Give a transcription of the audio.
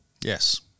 Yes